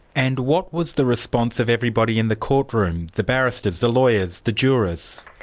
and what was the response of everybody in the courtroom the barristers, the lawyers, the jurors?